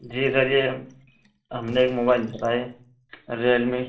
جی sir یہ ہم نے ایک موبائل لیا تھا یہ ریئلمی